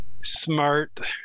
smart